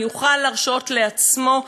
מי יוכל להרשות לעצמו,